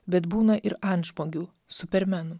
bet būna ir antžmogių supermenų